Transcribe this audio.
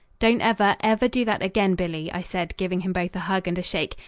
don't ever, ever do that again, billy, i said, giving him both a hug and a shake.